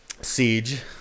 Siege